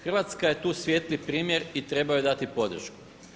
Hrvatska je tu svijetli primjer i treba joj dati podršku.